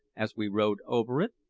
as we rowed over it,